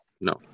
No